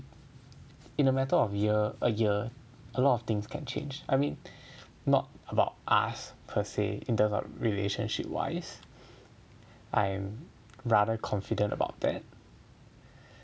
in a matter of year a year a lot of things can change I mean not about us per se in terms of relationship wise I'm rather confident about that